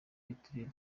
y’uturere